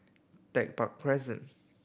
Tech Park Crescent